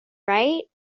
right